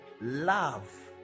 love